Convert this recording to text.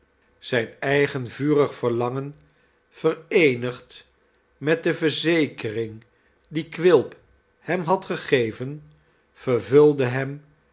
zijn eigen vurig verlangen vereenigd met de verzekering die quilp hem had gegeven vervulde hem